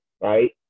Right